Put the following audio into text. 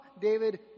David